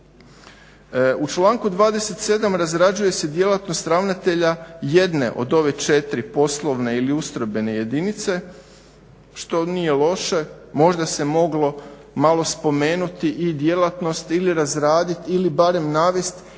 U članku 27.razrađuje se djelatnost ravnatelja jedne od ove 4 poslovne ili ustrojbene jedinice, što nije loše. Možda se moglo malo spomenuti i djelatnosti ili razraditi ili barem navesti